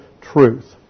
truth